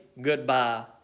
goodbye